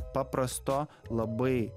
paprasto labai